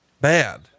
bad